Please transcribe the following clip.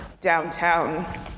downtown